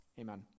Amen